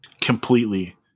Completely